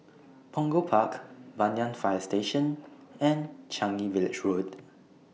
Punggol Park Banyan Fire Station and Changi Village Road